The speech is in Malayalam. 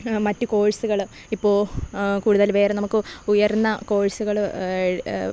മറ്റു കോഴ്സ്കൾ ഇപ്പോൾ കൂടുതൽ വേറെ നമുക്ക് ഉയർന്ന കോഴ്സുകൾ